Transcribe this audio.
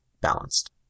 balanced